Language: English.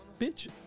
Bitch